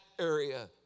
area